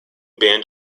band